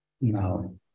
Now